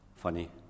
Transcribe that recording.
funny